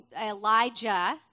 Elijah